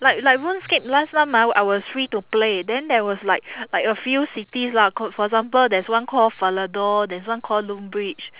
like like RuneScape last time ah I was free to play then there was like like a few cities lah called for example there's one called falador there's one called lumbridge